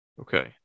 Okay